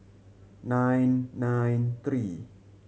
nine nine three